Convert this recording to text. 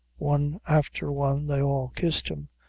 one after one they all kissed him,